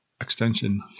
Extension